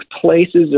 places